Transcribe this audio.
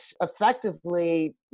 effectively